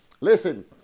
Listen